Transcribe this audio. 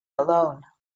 alone